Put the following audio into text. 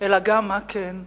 אלא גם מה כן.